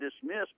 dismissed